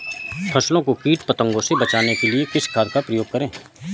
फसलों को कीट पतंगों से बचाने के लिए किस खाद का प्रयोग करें?